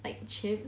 like chip